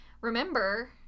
Remember